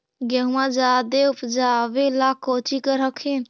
गेहुमा जायदे उपजाबे ला कौची कर हखिन?